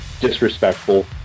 disrespectful